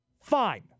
Fine